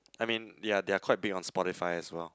I mean they are they are quite be on Spotify as well